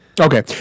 Okay